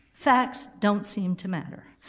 facts don't seem to matter,